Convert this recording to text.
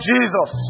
Jesus